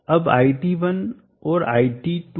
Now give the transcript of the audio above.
अब iT1 और iT2 क्या है